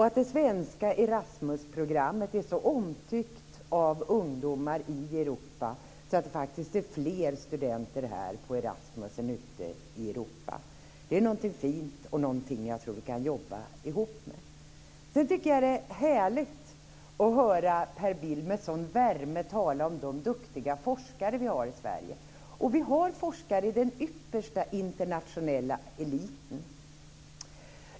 Att det svenska Erasmusprogrammet är så omtyckt av ungdomar i Europa att det faktiskt är fler studenter här på Erasmus än ute i Europa är något fint och något jag tror att vi kan jobba ihop med. Jag tycker att det är härligt att höra Per Bill tala med sådan värme om de duktiga forskare vi har i Sverige. Vi har forskare i den yppersta internationella eliten.